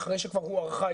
אחרי שכבר הוארכה,